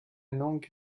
langue